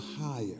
higher